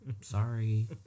Sorry